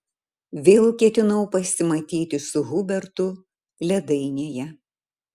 vėl ketinau pasimatyti su hubertu ledainėje